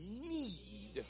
need